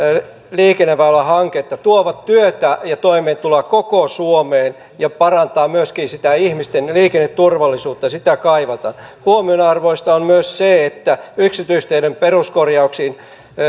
liikenneväylähanketta tuovat työtä ja toimeentuloa koko suomeen ja parantavat myöskin ihmisten liikenneturvallisuutta sitä kaivataan huomionarvoista on myös se että yksityisteiden peruskorjauksiin